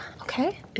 okay